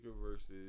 versus